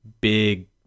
big